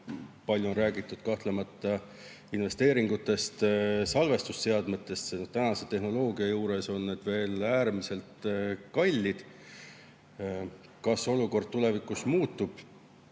Palju on räägitud investeeringutest salvestusseadmetesse. Tänase tehnoloogia juures on need veel äärmiselt kallid. Kas olukord tulevikus muutub?